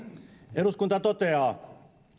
eduskunta toteaa